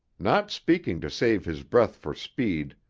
not speaking to save his breath for speed,